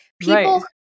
people